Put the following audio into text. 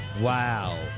Wow